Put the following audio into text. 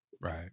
Right